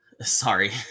Sorry